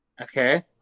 Okay